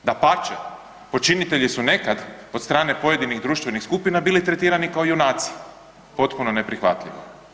Dapače, počinitelji su nekad od strane pojedinih društvenih skupina bili tretirani kao junaci, potpuno neprihvatljivo.